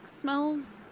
smells